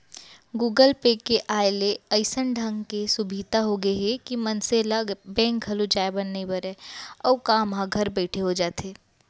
Google Pay के आय ले अइसन ढंग के सुभीता हो गए हे के मनसे ल बेंक घलौ जाए बर नइ परय अउ काम ह घर बइठे हो जाथे